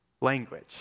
language